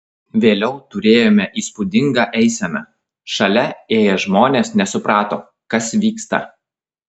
vėliau turėjome įspūdingą eiseną šalia ėję žmonės nesuprato kas vyksta